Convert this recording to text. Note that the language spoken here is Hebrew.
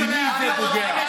במי זה פוגע?